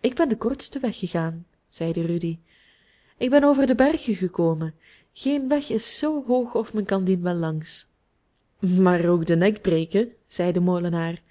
ik ben den kortsten weg gegaan zeide rudy ik ben over de bergen gekomen geen weg is zoo hoog of men kan dien wel langs maar ook den nek breken zei de molenaar